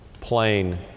plain